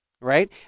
right